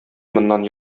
моннан